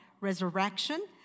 resurrection